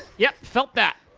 yep, felt that.